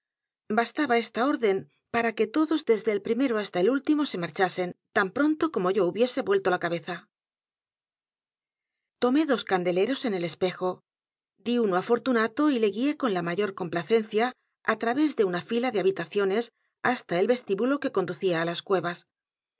bastaba esta orden para que todos desde el primero hasta el último se marchasen tan pronto como yo hubiese vuelto la cabeza tomé dos candeleros en el espejo di uno á fortunato y le guié con la mayor complacencia á través de una fila de habitaciones hasta el vestíbulo que conducía á las cuevas